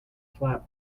flap